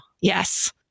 Yes